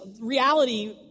reality